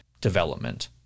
development